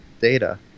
data